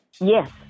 yes